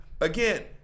Again